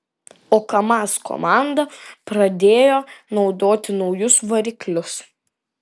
o kamaz komanda pradėjo naudoti naujus variklius